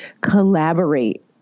collaborate